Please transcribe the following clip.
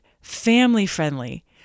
family-friendly